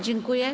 Dziękuję.